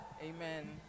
Amen